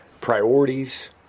priorities